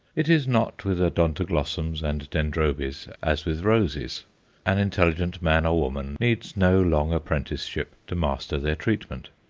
it is not with odontoglossums and dendrobes as with roses an intelligent man or woman needs no long apprenticeship to master their treatment.